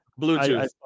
bluetooth